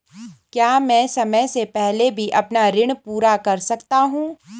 क्या मैं समय से पहले भी अपना ऋण पूरा कर सकता हूँ?